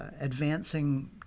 advancing